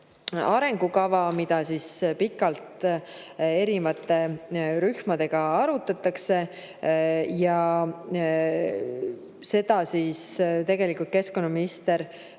arengukava, mida on pikalt erinevate rühmadega arutatud. Seda veab tegelikult keskkonnaminister